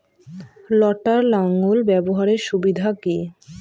লটার লাঙ্গল ব্যবহারের সুবিধা কি?